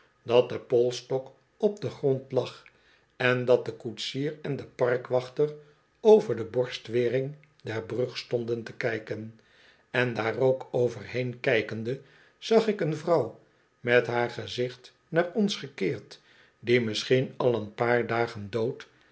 dat de polsstok op den grond lag en dat de koetsier en de parkwachter over de borstwering der brug stonden te kijken en daar ook overheen kijkende zag ik een vrouw met haar gezicht naar ons gekeerd die misschien al een paar dagen dood